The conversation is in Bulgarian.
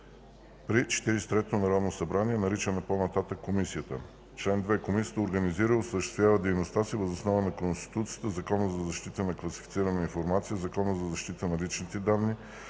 и трето народно събрание, наричана по-нататък Комисията. Чл. 2. Комисията организира и осъществява дейността си въз основа на Конституцията, Закона за защита на класифицираната информация, Закона за защита на личните данни,